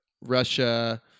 Russia